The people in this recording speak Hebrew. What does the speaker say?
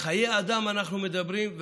על חיי אדם אנחנו מדברים.